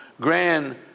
Grand